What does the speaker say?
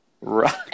Right